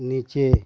नीचे